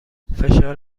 فشار